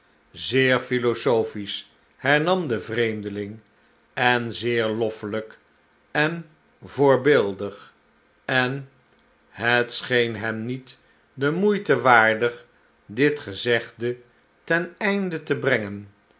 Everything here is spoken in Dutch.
zeer philosophisch hernam de vreemdeling en zeer loffelijk en voorbeeldig en het scheen hem niet de moeite waardig dit gezegde ten einde te brengen